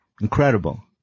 Incredible